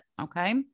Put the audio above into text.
Okay